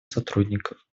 сотрудников